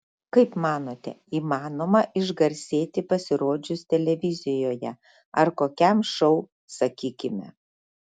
kaip manote įmanoma išgarsėti pasirodžius televizijoje ar kokiam šou sakykime